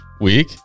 week